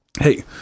Hey